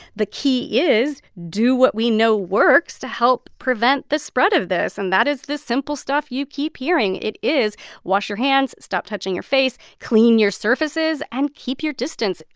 the key is, do what we know works to help prevent the spread of this, and that is the simple stuff you keep hearing. it is wash your hands, stop touching your face, clean your surfaces and keep your distance.